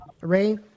Ray